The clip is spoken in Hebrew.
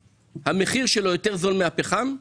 והמחיר של הגז יותר זול מהפחם.